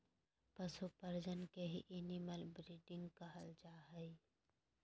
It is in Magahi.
पशु प्रजनन के ही एनिमल ब्रीडिंग कहल जा हय